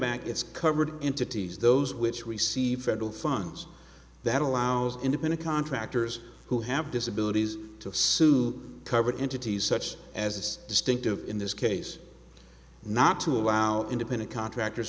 act its covered entities those which receive federal funds that allows independent contractors who have disabilities to sue covered entities such as distinctive in this case not to allow independent contractors